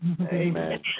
Amen